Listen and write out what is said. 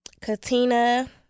katina